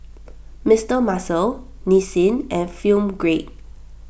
Mister Muscle Nissin and Film Grade